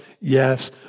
yes